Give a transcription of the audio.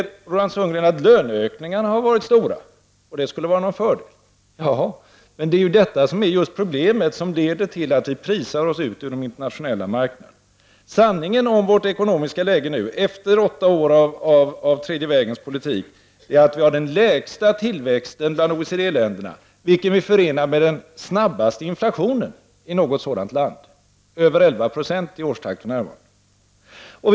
Roland Sundgren säger att löneökningarna har varit stora och att detta skulle vara en fördel. Men det är just detta som är problemet och som leder till att vi genom våra priser slås ut från den internationella marknaden. Sanningen om vårt ekonomiska läge nu, efter åtta år av den tredje vägens ekonomiska politik, är att vi har den lägsta tillväxten bland OECD-länderna, vilket vi förenar med en snabbare inflation än i något sådant land. Årstakten är för närvarande över 11 96.